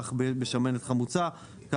שמנת חמוצה,